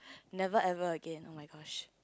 never ever again oh-my-gosh